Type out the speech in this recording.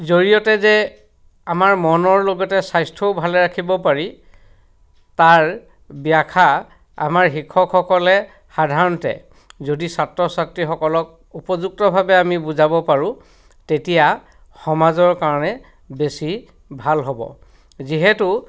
জৰিয়তে যে আমাৰ মনৰ লগতে স্বাস্থ্যও ভালে ৰাখিব পাৰি তাৰ ব্যাখ্যা আমাৰ শিক্ষকসকলে সাধাৰণতে যদি ছাত্ৰ ছাত্ৰীসকলক উপযুক্তভাৱে আমি বুজাব পাৰোঁ তেতিয়া সমাজৰ কাৰণে বেছি ভাল হ'ব যিহেতু